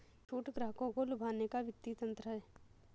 छूट ग्राहकों को लुभाने का वित्तीय तंत्र है